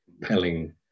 compelling